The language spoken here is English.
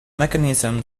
mechanism